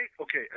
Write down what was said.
okay